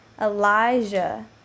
Elijah